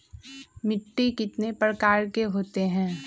मिट्टी कितने प्रकार के होते हैं?